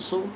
so